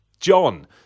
John